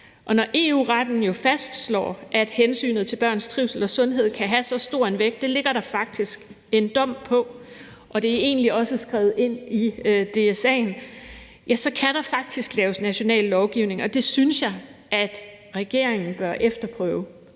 Når EU-retten fastslår, at hensynet til børns trivsel og sundhed kan have så stor en vægt, det ligger der faktisk en dom på, og det er egentlig også skrevet ind i DSA'en, kan der faktisk laves national lovgivning, og det synes jeg regeringen bør efterprøve,